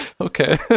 Okay